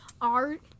art